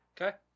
Okay